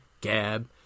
Gab